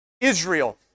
Israel